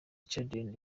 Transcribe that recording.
children